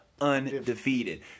undefeated